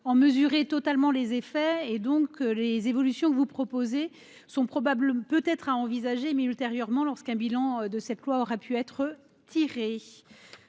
en mesurer totalement les effets. Par conséquent, les évolutions que vous proposez sont peut-être à envisager, mais ultérieurement, lorsqu'un bilan de cette loi aura pu être dressé.